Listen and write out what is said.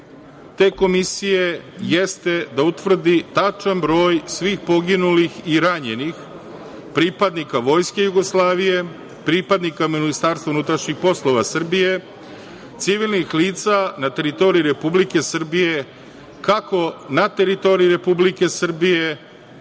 te komisije jeste da utvrdi tačan broj svih poginulih i ranjenih pripadnika Vojske Jugoslavije, pripadnika Ministarstva unutrašnjih poslova Srbije, civilnih lica na teritoriji Republike Srbije, kako na teritoriji Republike Srbije